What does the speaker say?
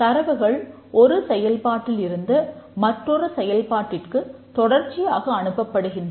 தரவுகள் ஒரு செயல்பாட்டில் இருந்து மற்றொரு செயல்பாட்டிற்கு தொடர்ச்சியாக அனுப்பப்படுகின்றன